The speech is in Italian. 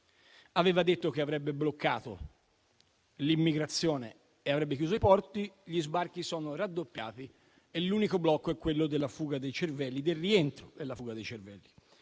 Aveva detto che avrebbe bloccato l'immigrazione e che avrebbe chiuso i porti: gli sbarchi sono raddoppiati e l'unico blocco è quello del rientro della fuga dei cervelli.